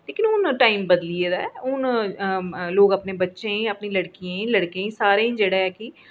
पर हून टाईम बदली गोदा ऐ लोक अपने बच्चें गी अपनी लड़कियें गी लड़कें गी सारें गी जेह्ड़ा ऐ कि